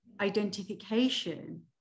identification